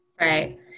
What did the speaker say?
right